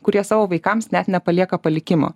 kurie savo vaikams net nepalieka palikimo